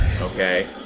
okay